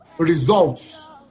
Results